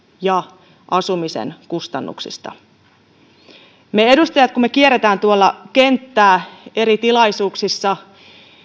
ja asumisen kustannuksista kun me edustajat kierrämme tuolla kenttää eri tilaisuuksissa